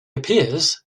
appears